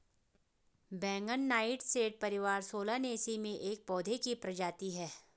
बैंगन नाइटशेड परिवार सोलानेसी में एक पौधे की प्रजाति है